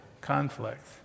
conflict